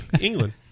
England